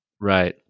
right